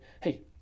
hey